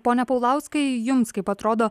pone paulauskai jums kaip atrodo